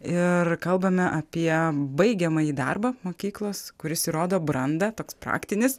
ir kalbame apie baigiamąjį darbą mokyklos kuris įrodo brandą toks praktinis